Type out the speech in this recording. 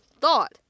thought